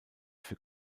für